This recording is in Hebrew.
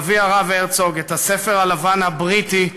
סבי, הרב הרצוג, את הספר הלבן הבריטי,